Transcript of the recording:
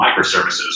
microservices